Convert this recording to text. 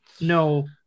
No